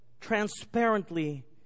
transparently